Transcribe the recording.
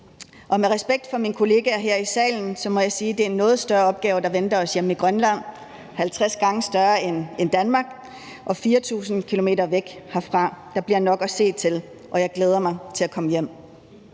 Og med al respekt for mine kolleger her i salen må jeg sige, det er en noget større opgave, der venter os hjemme i Grønland, som er 50 gange større end Danmark og 4.000 km væk herfra. Der bliver nok at se til, og jeg glæder mig til at komme hjem.